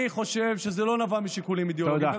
אני חושב שזה לא נבע משיקולים אידיאולוגיים,